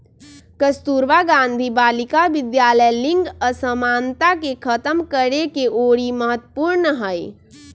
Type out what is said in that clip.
कस्तूरबा गांधी बालिका विद्यालय लिंग असमानता के खतम करेके ओरी महत्वपूर्ण हई